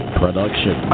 production